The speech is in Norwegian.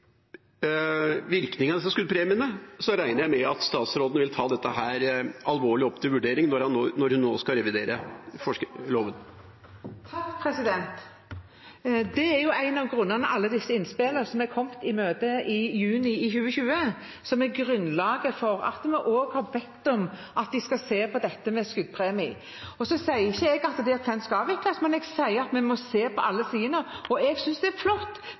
disse skuddpremiene, regner jeg med at statsråden vil ta dette alvorlig opp til vurdering når hun nå skal revidere loven. Det er en av grunnene. Det er alle disse innspillene som er kommet i møte i juni 2020, som er grunnlaget for at vi har bedt om at en skal se på det med skuddpremie. Så sier jeg ikke at det plent skal avvikles, men jeg sier at vi må se på alle sidene, og jeg synes det er flott